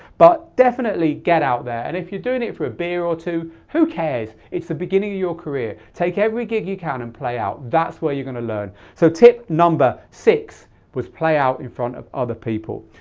but definitely get out there. and if you're doing it for a beer or two, who cares. it's the beginning of your career. take every gig you can and play out, that's where you're going to learn. so tip number six was play out in front of other people.